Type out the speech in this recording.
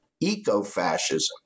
eco-fascism